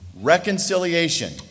reconciliation